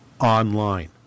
online